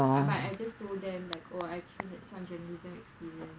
but I just told them I actually had some journalism experience